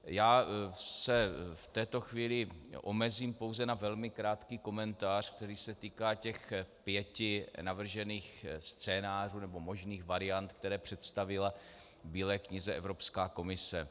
Já se v této chvíli omezím pouze na velmi krátký komentář, který se týká těch pěti navržených scénářů, nebo možných variant, které představila v Bílé knize Evropská komise.